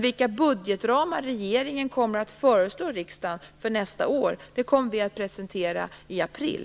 Vilka budgetramar regeringen kommer att föreslå riksdagen för nästa år kommer vi dock att presentera i april.